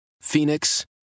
Phoenix